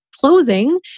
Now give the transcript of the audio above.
closing